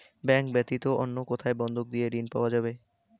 Bank ব্যাতীত অন্য কোথায় বন্ধক দিয়ে ঋন পাওয়া যাবে?